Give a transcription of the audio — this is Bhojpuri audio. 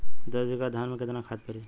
दस बिघा धान मे केतना खाद परी?